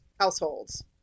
households